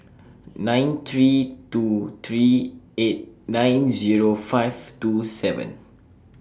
nine three two three eight nine Zero five two seven